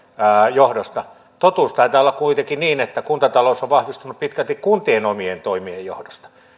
johdosta totuus taitaa olla kuitenkin niin että kuntatalous on vahvistunut pitkälti kuntien omien toimien johdosta